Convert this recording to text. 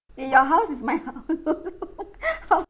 your house is my house also